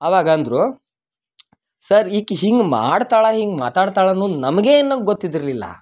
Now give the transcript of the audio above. ಅವಾಗ ಅಂದರು ಸರ್ ಈಕಿ ಹಿಂಗೆ ಮಾಡ್ತಾಳ ಹಿಂಗೆ ಮಾತಾಡ್ತಾಳೆ ಅನ್ನದು ನಮಗೆ ಇನ್ನ ಗೊತ್ತಿದ್ದಿರಲಿಲ್ಲ